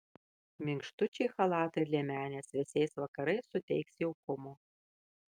minkštučiai chalatai ir liemenės vėsiais vakarais suteiks jaukumo